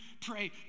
pray